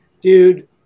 Dude